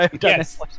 Yes